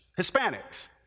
Hispanics